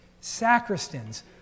sacristans